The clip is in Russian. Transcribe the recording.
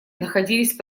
находились